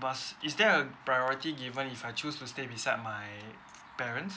but is there a priority given if I choose to stay beside my parents